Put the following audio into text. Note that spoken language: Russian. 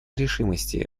решимости